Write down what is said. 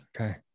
okay